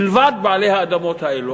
חוץ מבעלי האדמות האלה.